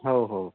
हो हो